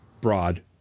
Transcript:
broad